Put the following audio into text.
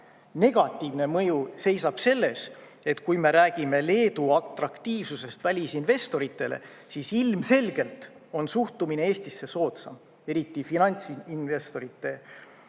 negatiivne mõju seisab selles, et kui me räägime Leedu atraktiivsusest välisinvestoritele, siis ilmselgelt on suhtumine Eestisse soodsam, eriti finantsinvestorite seas.